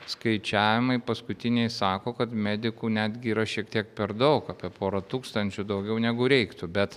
skaičiavimai paskutiniai sako kad medikų netgi yra šiek tiek per daug apie porą tūkstančių daugiau negu reiktų bet